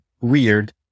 weird